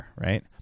right